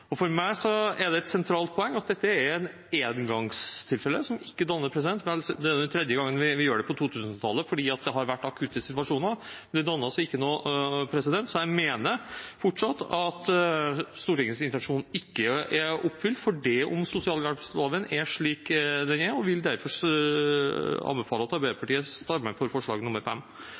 For meg er det et sentralt poeng at dette er et engangstilfelle som ikke danner presedens. Vel er det tredje gang vi gjør det på 2000-tallet fordi det har vært akutte situasjoner, men det danner altså ikke presedens. Jeg mener fortsatt at Stortingets intensjon ikke er oppfylt fordi sosialtjenesteloven er slik den er, og jeg vil derfor anbefale at Arbeiderpartiet stemmer for forslag